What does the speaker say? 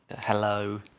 hello